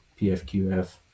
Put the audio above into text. pfqf